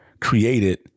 created